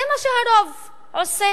זה מה שהרוב עושה.